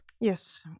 Yes